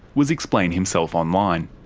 was explain himself online.